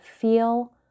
feel